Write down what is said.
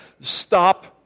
stop